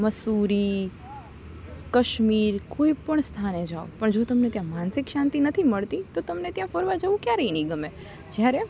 મસૂરી કશ્મીર કોઈ પણ સ્થાને જાવ પણ જો તમને ત્યાં માનસિક શાંતિ નથી મળતી તો તમને ત્યાં ફરવા જવું ક્યારેય નહીં ગમે જયારે